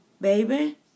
baby